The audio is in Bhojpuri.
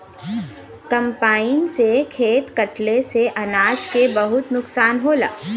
कम्पाईन से खेत कटले से अनाज के बहुते नुकसान होला